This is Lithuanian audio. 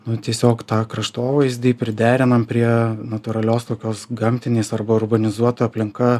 nu tiesiog tą kraštovaizdį priderinam prie natūralios tokios gamtinės arba urbanizuota aplinka